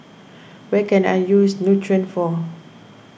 where can I use Nutren for